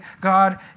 God